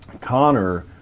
Connor